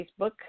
Facebook